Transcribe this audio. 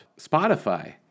Spotify